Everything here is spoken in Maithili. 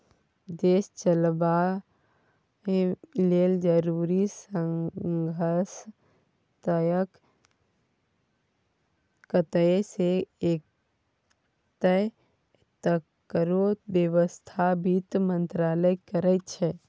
देश चलाबय लेल जरुरी साधंश कतय सँ एतय तकरो बेबस्था बित्त मंत्रालय करै छै